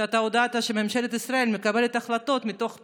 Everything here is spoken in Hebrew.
אתה הודעת שממשלת ישראל מקבלת החלטות מתוך פחד,